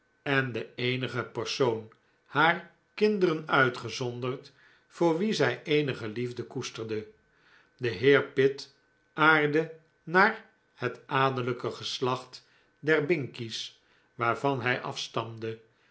en den eenigen persoon haar kinderen uitgezonderd voor wien zij eenige liefde koesterde de heer pitt aardde naar het adellijk geslacht der binkies waarvan hij afstamde